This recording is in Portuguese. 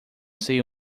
sei